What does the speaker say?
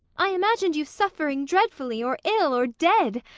i imagined you suffering dreadfully, or ill, or dead.